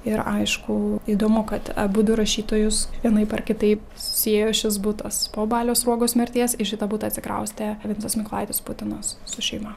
ir aišku įdomu kad abudu rašytojus vienaip ar kitaip susiejo šis butas po balio sruogos mirties į šitą butą atsikraustė vincas mykolaitis putinas su šeima